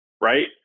right